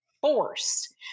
Force